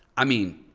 i mean